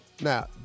Now